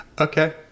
Okay